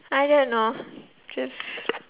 I don't know just